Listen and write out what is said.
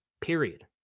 period